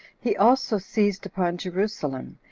he also seized upon jerusalem,